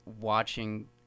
watching